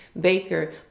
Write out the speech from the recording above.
baker